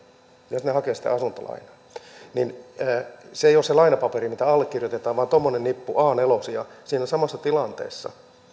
jos he hakevat sitä asuntolainaa se ei ole se lainapaperi mikä allekirjoitetaan vaan annetaan tuommoinen nippu aanelosia siinä samassa tilanteessa